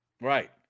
right